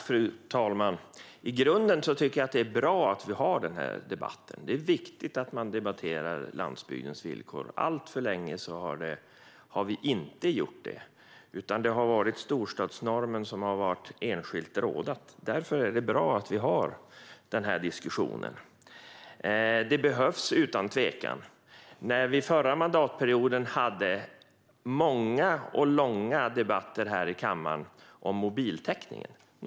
Fru talman! I grunden tycker jag att det är bra att vi har denna debatt. Det är viktigt att vi debatterar landsbygdens villkor. Alltför länge har vi inte gjort det, utan det har varit storstadsnormen som har fått råda. Därför är det bra att vi har denna diskussion. Utan tvekan behövs den. Under den förra mandatperioden hade vi många och långa debatter här i kammaren om mobiltäckningen.